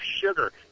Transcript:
sugar